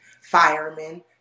firemen